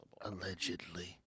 Allegedly